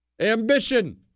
Ambition